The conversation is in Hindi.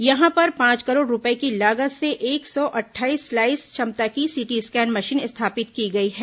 यहां पर पांच करोड़ रूपये की लागत से एक सौ अटठाईस स्लाइस क्षमता की सिटी स्कैन मशीन स्थापित की गई है